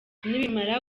nibimara